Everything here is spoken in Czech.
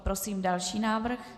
Prosím další návrh.